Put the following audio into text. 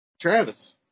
Travis